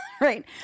right